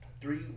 Three